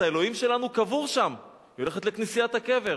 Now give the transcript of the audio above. האלוהים שלנו קבור שם, היא הולכת לכנסיית הקבר.